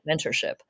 mentorship